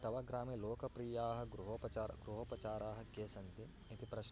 तव ग्रामे लोकप्रियाः गृहोपचारः गृहोपचाराः के सन्ति इति प्रश्ने